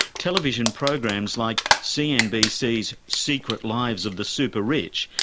television programs like cnbc's secret lives of the super rich,